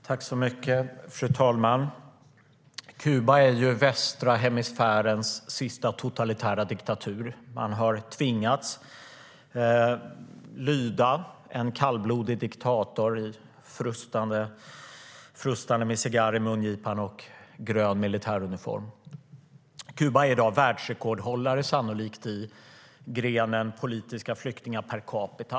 Fru talman! Kuba är västra hemisfärens sista totalitära diktatur. Man har tvingats lyda en kallblodig, frustande diktator som har en cigarr i mungipan och grön militäruniform. Kuba är i dag sannolikt världsrekordhållare i grenen politiska flyktingar per capita.